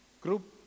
group